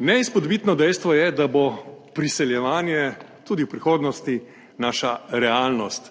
Neizpodbitno dejstvo je, da bo priseljevanje tudi v prihodnosti naša realnost,